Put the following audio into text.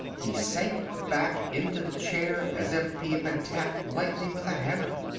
he sank back into the chair as if he had been tapped lightly with a hammer.